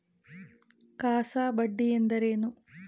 CASA ಬಡ್ಡಿ ಎಂದರೇನು?